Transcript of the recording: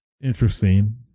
interesting